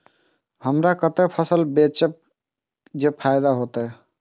हमरा कते फसल बेचब जे फायदा होयत?